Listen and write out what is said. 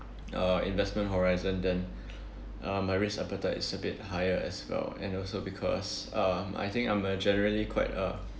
uh investment horizon then uh my risk appetite is a bit higher as well and also because um I think I'm a generally quite a